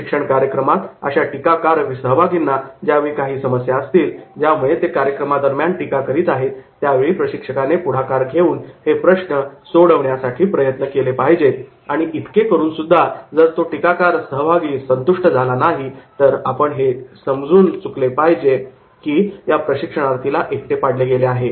प्रशिक्षण कार्यक्रमात अशा टीकाकार सहभागींना ज्यावेळी काही समस्या असतील ज्यामुळे ते कार्यक्रमादरम्यान टीका करीत आहेत त्यावेळी प्रशिक्षकाने पुढाकार घेऊन हे प्रश्न सोडवण्यासाठी प्रयत्न केले पाहिजे आणि इतके करून सुद्धा जर तो टीकाकार सहभागी संतुष्ट झाला नाही तर आपण हे समजून घेतले पाहिजे की या प्रशिक्षणार्थीला एकटे पाडले गेले आहे